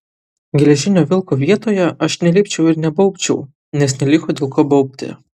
geležinio vilko vietoje aš nelipčiau ir nebaubčiau nes neliko dėl ko baubti